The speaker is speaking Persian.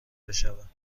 بشوم